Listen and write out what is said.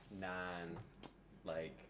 non-like